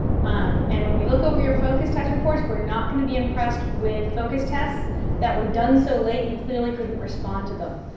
um and when we look over your focus test reports, we're not going to be impressed with focus tests that were done so late you clearly couldn't respond to them.